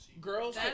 Girls